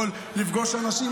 יכול לפגוש אנשים,